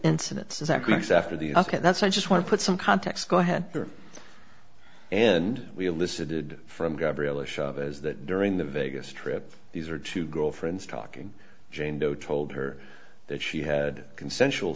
incident zach looks after the uk and that's i just want to put some context go ahead and we elicited from gabriela chavez that during the vegas trip these are two girlfriends talking jane doe told her that she had consensual